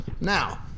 now